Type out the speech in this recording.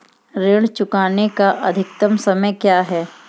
ऋण चुकाने का अधिकतम समय क्या है?